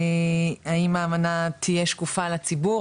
האם האמנה תהיה שקופה לציבור,